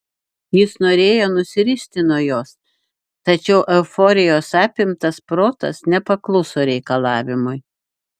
jis norėjo nusiristi nuo jos tačiau euforijos apimtas protas nepakluso reikalavimui